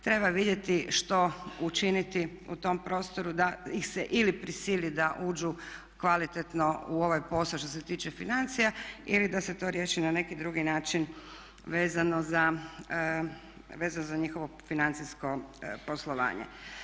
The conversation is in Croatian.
Treba vidjeti što učiniti u tom prostoru da ih se ili prisili da uđu kvalitetno u ovaj posao što se tiče financija ili da se to riješi na neki drugi način vezano za njihovo financijsko poslovanje.